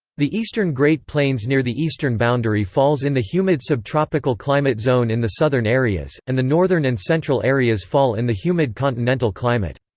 the eastern great plains near the eastern boundary falls in the humid subtropical climate zone in the southern areas, and the northern and central areas fall in the humid continental climate.